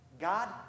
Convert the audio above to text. God